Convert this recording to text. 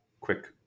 quick